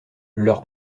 leur